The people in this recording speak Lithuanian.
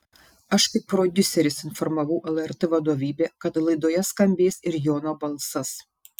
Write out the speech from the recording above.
aš kaip prodiuseris informavau lrt vadovybę kad laidoje skambės ir jono balsas